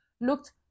looked